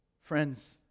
friends